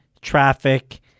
traffic